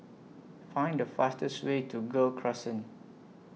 Find The fastest Way to Gul Crescent